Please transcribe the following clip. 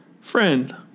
friend